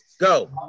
Go